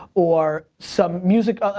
or, some music, ah,